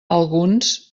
alguns